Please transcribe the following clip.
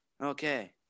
okay